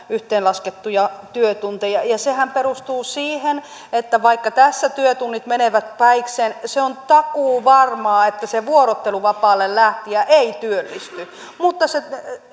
yhteenlaskettuja työtunteja ja sehän perustuu siihen että vaikka tässä työtunnit menevät päikseen se on takuuvarmaa että se vuorotteluvapaalle lähtijä ei työllisty mutta se